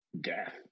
death